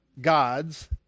gods